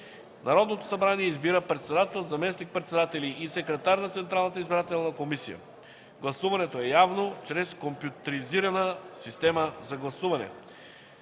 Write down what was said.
Народното събрание избира председател, заместник-председатели и секретар на Централната избирателна комисия. Гласуването е явно чрез компютризирана система за гласуване.”